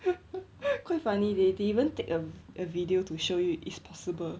quite funny they they even take a a video to show you is possible